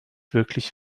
wirklich